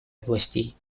областей